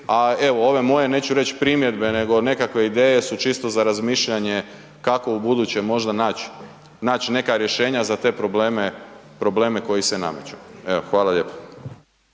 a evo, ovo moje neću reći primjedbe nego nekakve ideje su čisto za razmišljanje kako ubuduće možda nać neka rješenja za te probleme koji se nameću. Evo hvala lijepo.